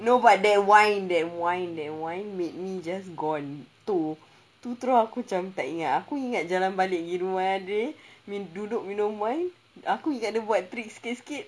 no but that wine that wine that wine made me just gone to tu terus aku macam tak ingat aku ingat jalan balik pergi rumah andre duduk minum wine aku ingat dia buat trick sikit-sikit